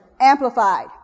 Amplified